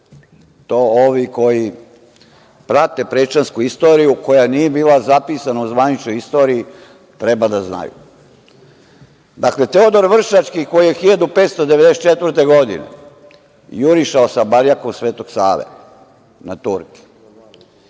To ovi koji prate prečansku istoriju, koja nije bila zapisana u zvaničnoj istoriji, treba da znaju. Dakle, Teodor Vršački, koji je 1594. godine jurišao sa barjakom Svetog Save na Turke,